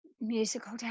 musical